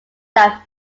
that